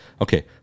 okay